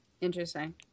interesting